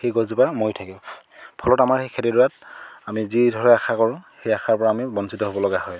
সেই গছজোপা মৰি থাকে ফলত আমাৰ সেই খেতিডৰাত আমি যিদৰে আশা কৰো সেই আশাৰ পৰা আমি বঞ্চিত হ'ব লগা হয়